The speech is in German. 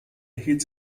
erhielt